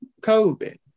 COVID